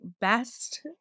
best